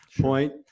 point